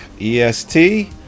EST